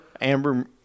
Amber